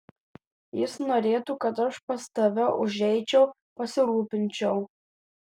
jis norėtų kad aš pas tave užeičiau pasirūpinčiau